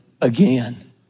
again